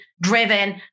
driven